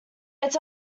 its